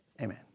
amen